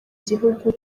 gihugu